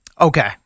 Okay